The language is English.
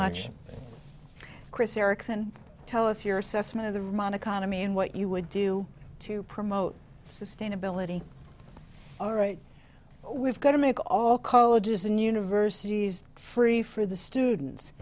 much chris erickson tell us your assessment of the room on economy and what you would do to promote sustainability we've got to make all colleges and universities free for the students